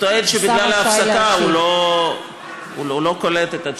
לא, מה זה?